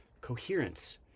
coherence